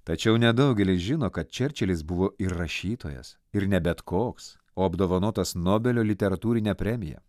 tačiau nedaugelis žino kad čerčilis buvo ir rašytojas ir ne bet koks o apdovanotas nobelio literatūrine premija